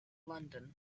london